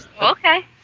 Okay